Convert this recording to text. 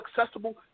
accessible